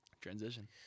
Transition